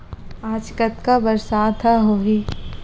आज कतका बरसात ह होही?